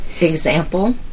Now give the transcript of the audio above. example